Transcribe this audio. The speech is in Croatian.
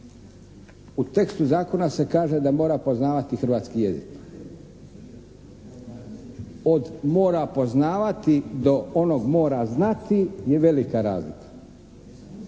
U tekstu zakona se kaže da mora poznavati hrvatski jezik. Od mora poznavati do onog mora znati je velika razlika.